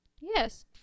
Yes